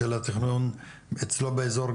של התכנון אצלו באזור,